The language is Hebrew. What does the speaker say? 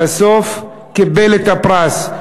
בסוף הוא קיבל את הפרס,